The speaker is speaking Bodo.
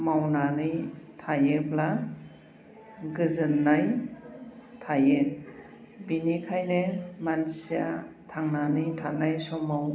मावनानै थायोब्ला गोजोननाय थायो बिनिखायनो मानसिया थांनानै थानाय समाव